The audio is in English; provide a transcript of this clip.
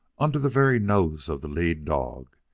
under the very nose of the lead-dog,